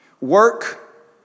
Work